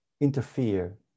interfere